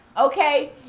Okay